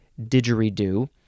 didgeridoo